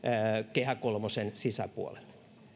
kehä kolmosen sisäpuolelle